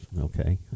Okay